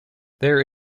there